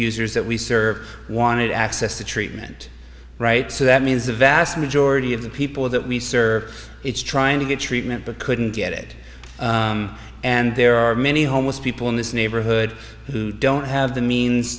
users that we serve wanted access to treatment right so that means the vast majority of the people that we serve it's trying to get treatment but couldn't get it and there are many homeless people in this neighborhood who don't have the means